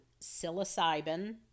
psilocybin